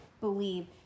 believe